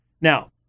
Now